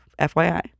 FYI